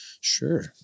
sure